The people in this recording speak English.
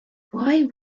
why